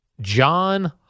John